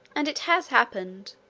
and it has happened,